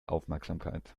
aufmerksamkeit